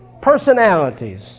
personalities